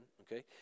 okay